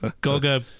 Goga